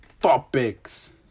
topics